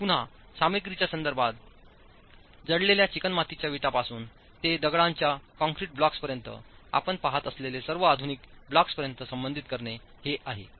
आणि पुन्हा सामग्रीच्या संदर्भात जळलेल्या चिकणमातीच्या विटापासून ते दगडांच्या काँक्रीट ब्लॉक्सपर्यंत आपण पहात असलेले सर्व आधुनिक ब्लॉक्सपर्यंत संबोधित करणे हे आहे